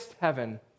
heaven